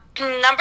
number